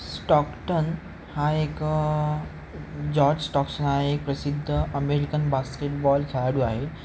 Stockton हा एक George Toxon हा एक प्रसिद्ध अमेरिकन बास्केटबॉल खेळाडू आहे